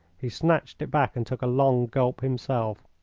he snatched it back and took a long gulp himself.